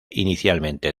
inicialmente